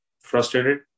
frustrated